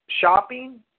shopping